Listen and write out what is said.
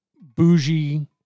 bougie